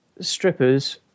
strippers